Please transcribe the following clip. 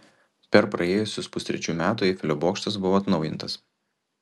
per praėjusius pustrečių metų eifelio bokštas buvo atnaujintas